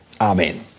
Amen